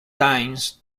times